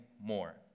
more